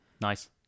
Nice